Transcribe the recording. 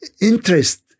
interest